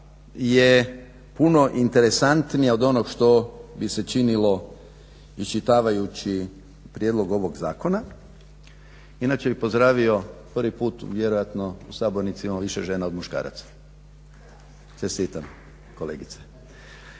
je puno interesantnija od onog što bi se činilo iščitavajući prijedlog ovog zakona. Inače bi pozdravi prvi put vjerojatno u sabornici imamo više žene od muškaraca, čestitam kolegice.